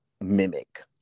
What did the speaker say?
mimic